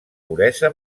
puresa